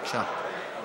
בבקשה.